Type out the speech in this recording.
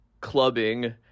clubbing